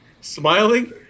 Smiling